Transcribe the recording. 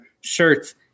shirts